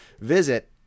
visit